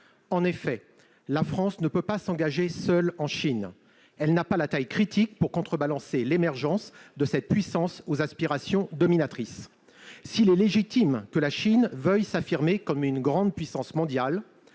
la Chine. La France ne peut s'engager seule en Chine. Elle n'a pas la taille critique pour contrebalancer l'émergence de cette puissance aux aspirations dominatrices. S'il est légitime que la Chine veuille s'affirmer comme une grande puissance mondiale,